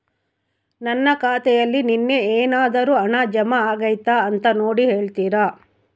ನನ್ನ ಖಾತೆಯಲ್ಲಿ ನಿನ್ನೆ ಏನಾದರೂ ಹಣ ಜಮಾ ಆಗೈತಾ ಅಂತ ನೋಡಿ ಹೇಳ್ತೇರಾ?